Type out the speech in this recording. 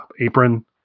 apron